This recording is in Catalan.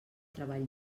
treball